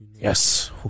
Yes